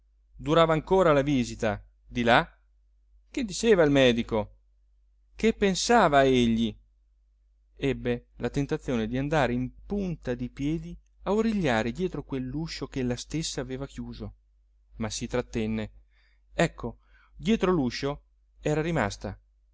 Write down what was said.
durava ancora la visita di là che diceva il medico che pensava egli ebbe la tentazione di andare in punta di piedi a origliare dietro quell'uscio ch'ella stessa aveva chiuso ma si trattenne ecco dietro l'uscio era rimasta